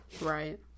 Right